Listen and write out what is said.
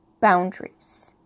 boundaries